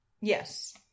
Yes